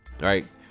Right